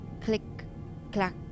click-clack